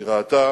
היא ראתה